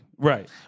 Right